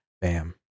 bam